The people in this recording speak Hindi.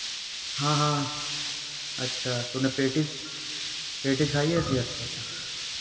हाँ हाँ अच्छा तूने पेटीज पेटीज खाई है इसके अच्छा अच्छा